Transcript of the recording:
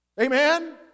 Amen